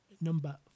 number